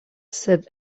sed